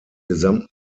gesamten